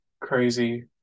crazy